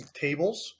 tables